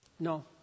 No